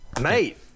Mate